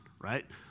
right